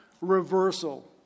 reversal